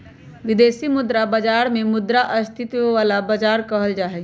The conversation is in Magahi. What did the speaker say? विदेशी मुद्रा बाजार के मुद्रा स्थायित्व वाला बाजार कहल जाहई